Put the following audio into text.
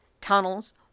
tunnels